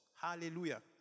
Hallelujah